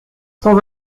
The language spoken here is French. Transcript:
sans